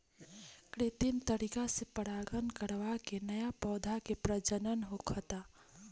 कृत्रिम तरीका से परागण करवा के न्या पौधा के प्रजनन होखता